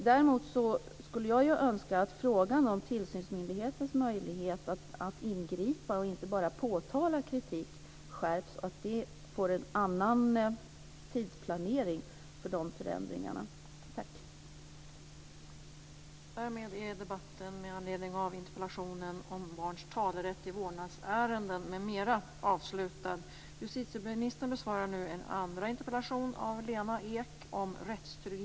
Däremot önskar jag att frågan om tillsynsmyndighetens möjligheter att ingripa och inte bara påtala kritik skärps och att dessa förändringar får en annan tidsplanering.